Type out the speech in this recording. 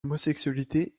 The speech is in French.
homosexualité